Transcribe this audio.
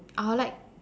I will like